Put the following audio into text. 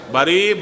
Bari